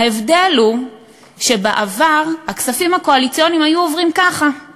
ההבדל הוא שבעבר הכספים הקואליציוניים היו עוברים ככה,